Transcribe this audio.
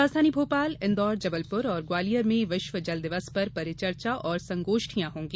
राजधानी भोपाल इन्दौर जबलपुर और ग्वालियर में विश्व जल दिवस पर परिचर्चा और संगोष्ठियां होंगी